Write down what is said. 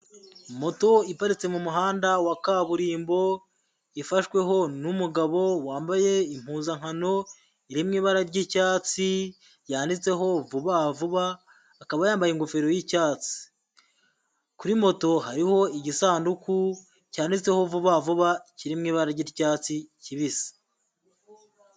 Moto iparitse mu muhanda wa kaburimbo, ifashweho n'umugabo wambaye impuzankano iri mu ibara ry'icyatsi yanditseho vuba vuba, akaba yambaye ingofero y'icyatsi. Kuri moto hariho igisanduku cyanditseho vuba vuba, kiri mu ibara ry'icyatsi kibisi.